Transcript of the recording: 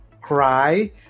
cry